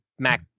mac